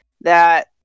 that-